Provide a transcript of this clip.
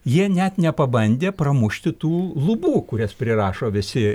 jie net nepabandė pramušti tų lubų kurias prirašo visi